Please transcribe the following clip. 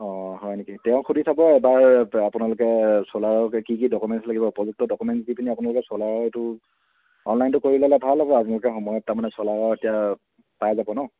অঁ হয় নেকি তেওঁ সুধি চাব এবাৰ বা আপোনালোকে চ'লাৰত কি কি ডকুমেণ্টছ লাগিব উপযুক্ত ডকুমেণ্টছ দি পিনি আপোনালোকে চ'লাৰৰ এইটো অনলাইনটো কৰি ল'লে ভাল হ'ব আৰু আপোনালোকে সময়ত তাৰমানে চ'লাৰৰ এতিয়া পাই যাব ন